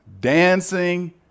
dancing